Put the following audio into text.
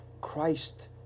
christ